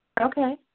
Okay